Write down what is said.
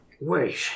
Wait